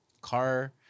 car